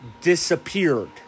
disappeared